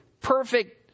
perfect